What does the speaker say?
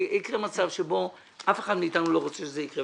יקרה מצב שאף אחד מאתנו לא רוצה שהוא יקרה.